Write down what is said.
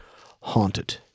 haunted